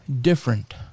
different